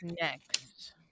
Next